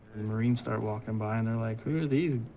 the marines start walking by, and they're like, who are these,